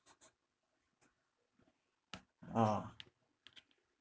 ah